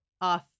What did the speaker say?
off